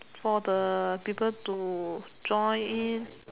for the people to join in